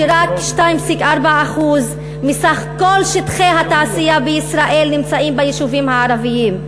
רק 2.4% מסך כל שטחי התעשייה בישראל נמצאים ביישובים הערביים.